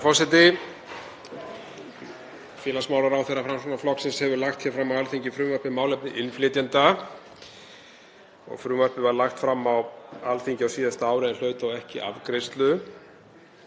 Félagsmálaráðherra Framsóknarflokksins hefur lagt hér fram á Alþingi frumvarp um málefni innflytjenda. Frumvarpið var lagt fram á Alþingi á síðasta ári en hlaut ekki afgreiðslu.